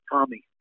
Tommy